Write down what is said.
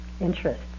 interest